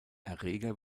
erreger